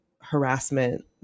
harassment